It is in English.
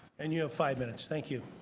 and you have five minutes. thank you.